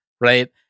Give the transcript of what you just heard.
Right